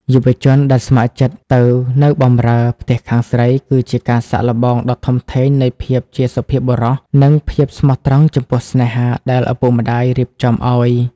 យុវជនដែលស្ម័គ្រចិត្តទៅ "នៅបម្រើ" ផ្ទះខាងស្រី គឺជាការសាកល្បងដ៏ធំធេងនៃភាពជាសុភាពបុរស និងភាពស្មោះត្រង់ចំពោះស្នេហាដែលឪពុកម្ដាយរៀបចំឱ្យ។